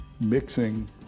mixing